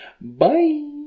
bye